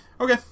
Okay